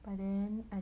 but then